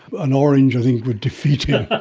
an orange i think would defeat